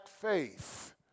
faith